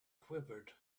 quivered